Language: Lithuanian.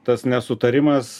tas nesutarimas